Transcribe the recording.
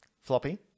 floppy